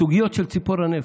סוגיות של "ציפור הנפש".